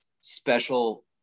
special